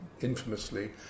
infamously